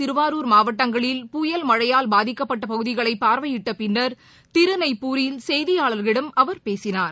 திருவாரூர் மாவட்டங்களில் புயல் மழையால் பாதிக்கப்பட்டபகுதிகளைபார்வையிட்டபின்னர் நாகை திருநெய்ப்பூரில் செய்தியாளர்களிடம் அவர் பேசினார்